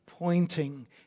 Pointing